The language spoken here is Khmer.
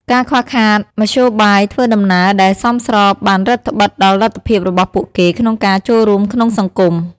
ការខ្វះខាតមធ្យោបាយធ្វើដំណើរដែលសមស្របបានរឹតត្បិតដល់លទ្ធភាពរបស់ពួកគេក្នុងការចូលរួមក្នុងសង្គម។